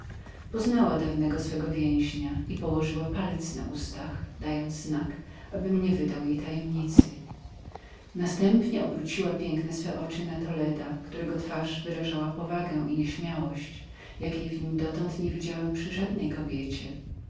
poznała dawnego swego niewolnika i skrycie położyła palec na ustach dając znak abym nie wydał jej tajemnicy następnie obróciła piękne swe oczy na toledo który przybrał postać poważną i bojaźliwą jakiej w nim dotąd nie widziałem przy żadnej kobiecie